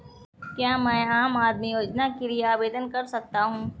क्या मैं आम आदमी योजना के लिए आवेदन कर सकता हूँ?